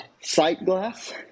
Sightglass